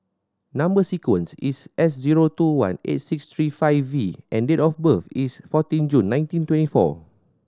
number sequence is S zero two one eight six three five V and date of birth is fourteen June nineteen twenty four